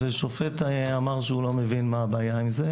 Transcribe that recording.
ושופט אמר שהוא לא מבין מה הבעיה עם זה,